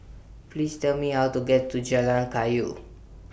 Please Tell Me How to get to Jalan Kayu